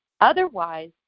Otherwise